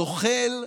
זוחל,